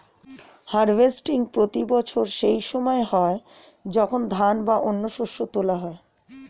harvesting প্রতি বছর সেই সময় হয় যখন ধান বা অন্য শস্য তোলা হয়